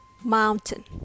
mountain